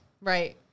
Right